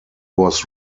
was